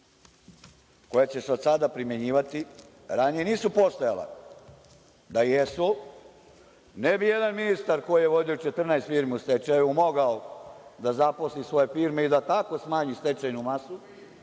koja će se od sada primenjivati, ranije nisu postojala, da jesu ne bi jedan ministar koji je vodio 14 firmi u stečaju, mogao da zaposli svoje firme i da tako smanji stečajnu masu,